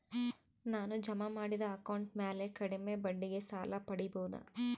ನಾನು ಜಮಾ ಮಾಡಿದ ಅಕೌಂಟ್ ಮ್ಯಾಲೆ ಕಡಿಮೆ ಬಡ್ಡಿಗೆ ಸಾಲ ಪಡೇಬೋದಾ?